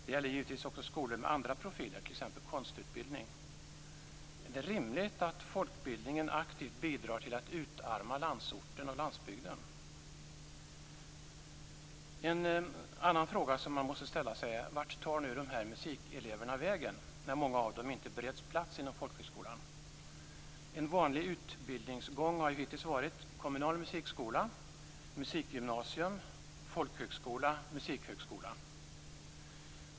Det gäller givetvis också skolor med andra profiler, t.ex. konstutbildning. Är det rimligt att folkbildningen aktivt bidrar till att utarma landsorten och landsbygden? En annan fråga som man måste ställa sig är: Vart tar de här musikeleverna vägen när många av dem inte bereds plats inom folkhögskolan? En vanlig utbildningsgång har ju hittills varit: kommunal musikskola, musikgymnasium, folkhögskola, musikhögskola.